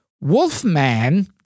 Wolfman